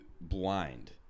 blind